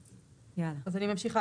אז אני ממשיכה,